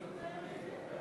הגבלת שכר בייצוג בפני